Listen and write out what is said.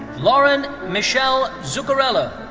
lauren michelle zucarello.